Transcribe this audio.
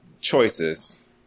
choices